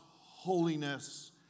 holiness